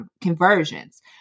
conversions